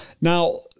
Now